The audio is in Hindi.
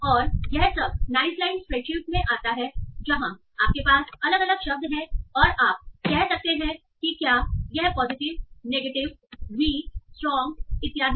और यह सब नाइसलाइन स्प्रेडशीट में आता है जहां आपके पास अलग अलग शब्द हैं और आप कह सकते हैं कि क्या यह पॉजिटिव नेगेटिव वीक स्ट्रांग इत्यादि